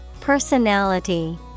Personality